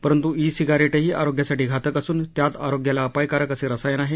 परंतु ई सिगारेटही आरोग्यासाठी घातक असून त्यात आरोग्याला अपायकारक असे रसायन आहे